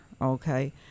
Okay